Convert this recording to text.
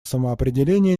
самоопределение